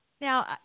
now